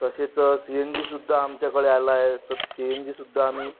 तसेच सीएनजीसुद्धा आमच्याकडे आलं आहे तर सीएनजीसुद्धा आम्ही